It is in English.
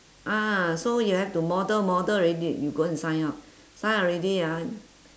ah so you have to model model already you go and sign up sign up already ah